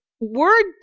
word